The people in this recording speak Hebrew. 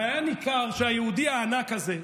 והיה ניכר שהיהודי הענק הזה,